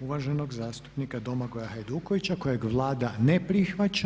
uvaženog zastupnika Domagoja Hajdukovića kojeg Vlada ne prihvaća.